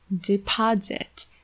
Deposit